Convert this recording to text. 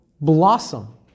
blossom